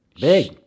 big